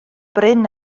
brin